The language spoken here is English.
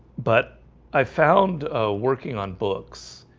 but i found working on books